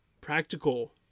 practical